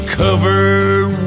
covered